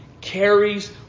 carries